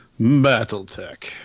BattleTech